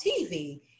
tv